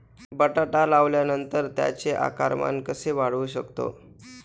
बटाटा लावल्यानंतर त्याचे आकारमान कसे वाढवू शकतो?